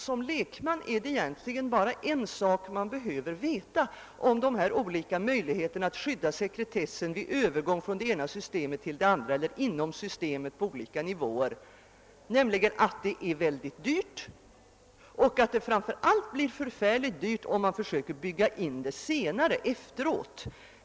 Som lekman behöver man egentligen bara veta en sak om de olika möjligheterna att skydda sekretessen vid övergång från det ena systemet till det andra eller inom systemet på olika nivåer, nämligen att det är mycket dyrt och att det framför allt blir mycket dyrt om man försöker att efteråt bygga in det senare.